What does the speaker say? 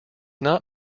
not